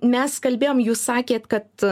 mes kalbėjom jūs sakėt kad